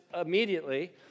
immediately